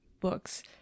books